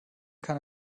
kann